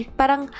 parang